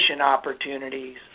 opportunities